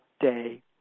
day